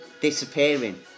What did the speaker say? disappearing